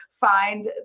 find